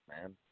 man